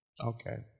Okay